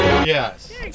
Yes